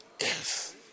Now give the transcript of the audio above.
Yes